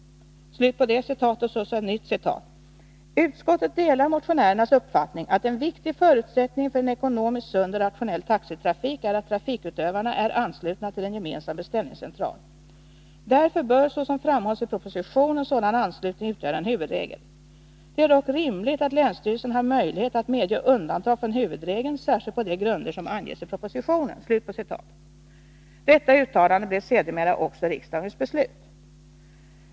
—-- Utskottet delar motionärernas uppfattning att en viktig förutsättning för en ekonomiskt sund och rationell taxitrafik är att trafikutövarna är anslutna till en gemensam beställningscentral. Därför bör såsom framhålls i propositionen sådan anslutning utgöra en huvudregel. Det är dock rimligt att länsstyrelsen har möjlighet att medge undantag från huvudregeln, särskilt på de grunder som anges i propositionen.” Detta uttalande blev sedermera också riksdagens beslut.